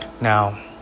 Now